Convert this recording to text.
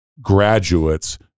graduates